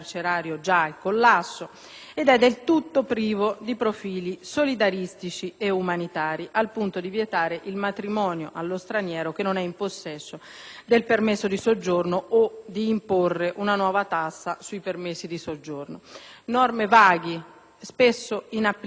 ed è del tutto privo di profili solidaristici ed umanitari, al punto di vietare il matrimonio allo straniero che non è in possesso del permesso di soggiorno o di imporre una nuova tassa sui permessi di soggiorno. Dunque, norme vaghe, spesso inapplicabili, contraddittorie.